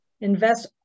invest